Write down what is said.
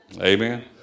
Amen